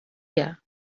here